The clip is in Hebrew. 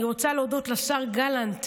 אני רוצה להודות לשר גלנט,